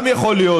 גם יכול להיות.